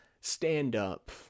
stand-up